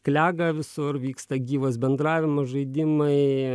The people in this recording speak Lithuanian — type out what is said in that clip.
klega visur vyksta gyvas bendravimas žaidimai